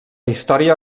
història